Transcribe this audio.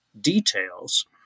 details